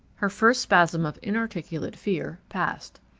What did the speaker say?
her first spasm of inarticulate fear passed.